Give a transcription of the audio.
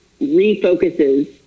refocuses